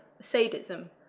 sadism